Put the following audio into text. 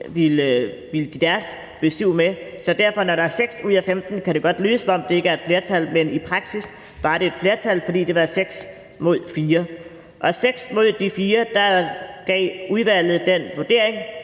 ville give deres besyv med. Så når der er 6 ud af 15, kan det derfor godt lyde, som om det ikke var et flertal, men i praksis var det et flertal, fordi det var 6 mod 4. Og med de 6 mod de 4 gav udvalget den vurdering,